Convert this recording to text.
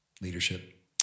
leadership